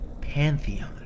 Pantheon